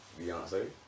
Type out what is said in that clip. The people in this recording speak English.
Beyonce